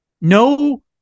No